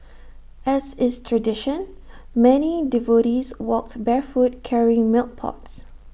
as is tradition many devotees walked barefoot carrying milk pots